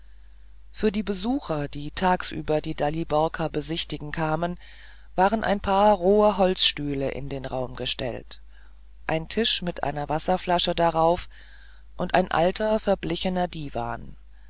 für die besucher die tagsüber die daliborka besichtigen kamen waren ein paar rohe holzstühle in den raum gestellt ein tisch mit einer wasserflasche darauf und ein alter verblichener diwan